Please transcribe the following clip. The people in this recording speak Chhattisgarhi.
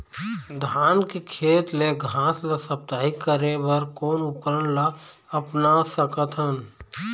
धान के खेत ले घास ला साप्ताहिक करे बर कोन उपकरण ला अपना सकथन?